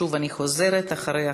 שוב אני חוזרת: אחריה,